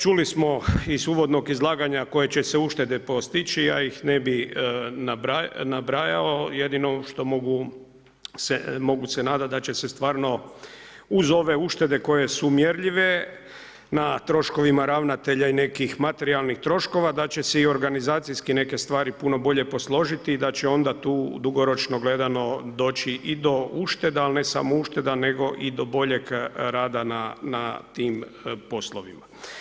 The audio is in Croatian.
Čuli smo iz uvodnog izlaganja koje će se uštede postići, ja ih ne bih nabrajao, jedino što mogu se nadati, da će se stvarno uz ove uštede koje su mjerljive, na troškovima ravnatelja i nekih materijalnih troškova, da će se i organizacijski neke stvari bolje posložiti i da će onda tu dugoročno gledano doći i do ušteda, ali ne samo ušteda, nego i do boljeg rada na tim poslovima.